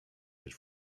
choć